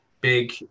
big